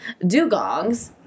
dugongs